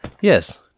Yes